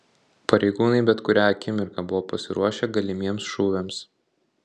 pareigūnai bet kurią akimirką buvo pasiruošę galimiems šūviams